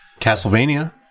Castlevania